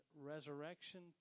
resurrection